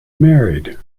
married